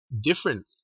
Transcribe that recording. different